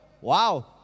Wow